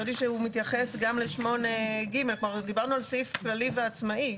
חשבתי שהוא מתייחס גם לסעיף 8ג. דיברנו על סעיף כללי ועצמאי.